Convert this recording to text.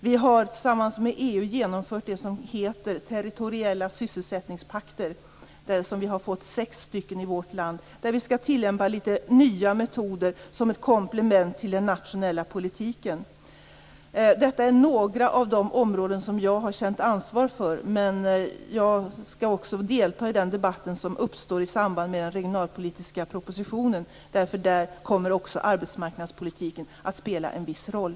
Vi har tillsammans med EU genomfört s.k. territoriella sysselsättningspakter. Vi har fått sex stycken i vårt land. Vi skall tillämpa litet nya metoder som ett komplement till den nationella politiken. Detta är några av de områden som jag har känt ansvar för. Jag skall också delta i den debatt som uppstår i samband med den regionalpolitiska propositionen. Där kommer också arbetsmarknadspolitiken att spela en viss roll.